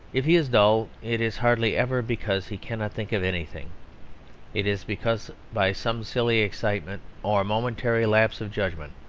if he is dull it is hardly ever because he cannot think of anything it is because, by some silly excitement or momentary lapse of judgment,